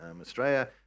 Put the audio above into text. Australia